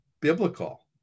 biblical